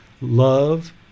love